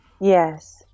Yes